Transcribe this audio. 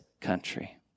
country